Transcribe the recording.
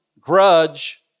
grudge